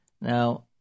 Now